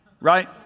right